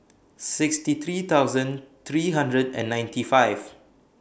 sixty three thousand three hundred and ninety five